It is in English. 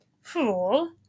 Fool